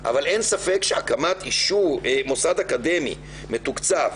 אבל אין ספק שהקמת מוסד אקדמי מתוקצב